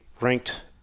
ranked